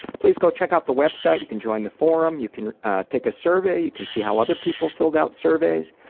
please go check out the website. you can join the forum, you can take a survey, you can see how other people filled out surveys.